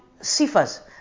sifas